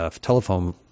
telephone